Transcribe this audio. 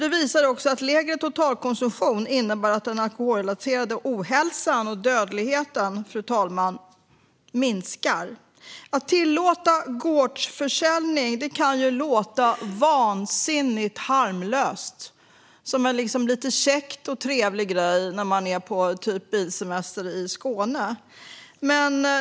En lägre totalkonsumtion har också visat sig innebära att den alkoholrelaterade ohälsan och dödligheten minskar, fru talman. Att tillåta gårdsförsäljning kan ju låta vansinnigt harmlöst och som en käck och trevlig grej när man är på bilsemester i Skåne.